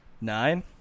Nine